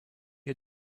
had